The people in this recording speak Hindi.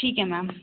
ठीक है मेम